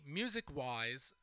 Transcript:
music-wise